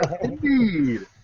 Indeed